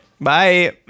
bye